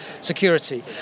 security